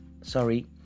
sorry